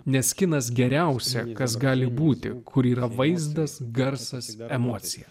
nes kinas geriausia kas gali būti kur yra vaizdas garsas emocija